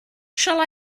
shall